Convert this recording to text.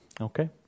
Okay